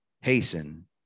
hasten